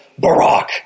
Barack